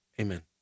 amen